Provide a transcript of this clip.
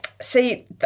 See